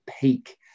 peak